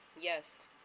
Yes